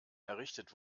errichtet